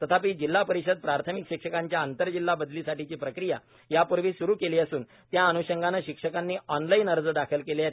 तथापि जिल्हा परिषद प्राथमिक शिक्षकांच्या आंतरजिल्हा बदलीसाठीची प्रक्रिया यापूर्वी सुरु केली असून त्या अन्षंगाने शिक्षकांनी ऑनलाईन अर्ज दाखल केलेले आहेत